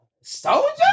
Soldier